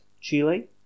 Chile